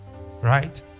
Right